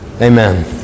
Amen